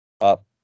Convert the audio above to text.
up